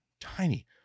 tiny